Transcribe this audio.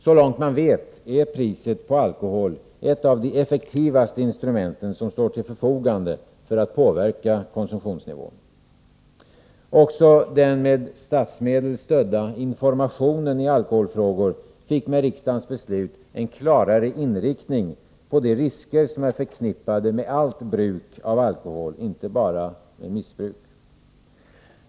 Så långt man vet är priset på alkohol ett av de effektivaste instrument som står till förfogande för att påverka konsumtionsnivån. Också den med statsmedel stödda informationen i alkoholfrågor fick med riksdagens beslut en klarare inriktning på de risker som är förknippade med allt bruk av alkohol, inte bara med missbruk.